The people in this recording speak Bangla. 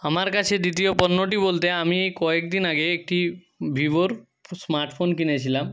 আমার কাছে দ্বিতীয় পণ্যটি বলতে আমি কয়েকদিন আগে একটি ভিভোর স্মার্ট ফোন কিনেছিলাম